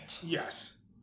Yes